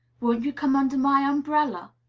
won't you come under my umbrella?